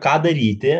ką daryti